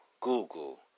Google